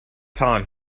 time